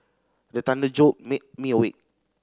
the thunder jolt me me awake